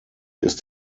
ist